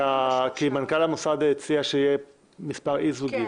מנכ"ל המוסד הציע שיהיה מספר אי זוגי,